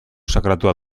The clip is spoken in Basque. sakratua